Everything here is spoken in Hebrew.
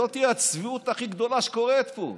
זאת הצביעות הכי גדולה שקורית פה,